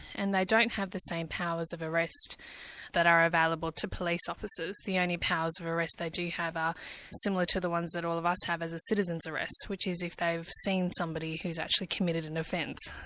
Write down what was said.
and they don't have the same powers of arrest that are available to police officers. the only powers of arrest they do have are similar to the ones that all of us have as a citizen's arrest, which is if they've seen somebody who's actually committed an offence,